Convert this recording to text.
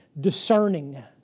discerning